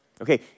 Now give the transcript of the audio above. okay